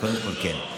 קודם כול כן,